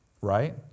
right